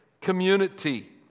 community